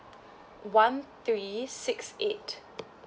one three six eight